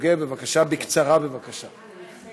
אני רוצה